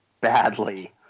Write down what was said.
badly